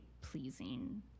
pleasing